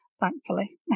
thankfully